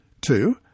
two